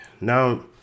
Now